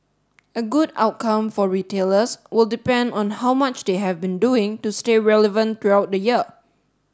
a good outcome for retailers will depend on how much they have been doing to stay relevant throughout the year